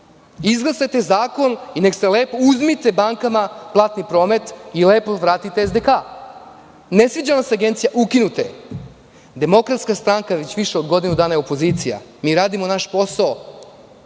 Izglasajte zakon i uzmite bankama platni promet i lepo vratite SDK. Ne sviđa vam se Agencija? Pa ukinite je. Demokratska stranka je već više od godinu dana opozicija. Mi radimo naš posao.